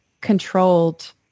controlled